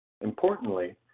Importantly